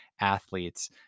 athletes